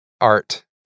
art